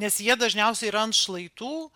nes jie dažniausiai yra ant šlaitų